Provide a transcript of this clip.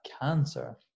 cancer